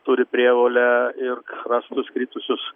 turi prievolę ir rastus kritusius